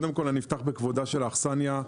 אפתח בכבודה של האכסניה.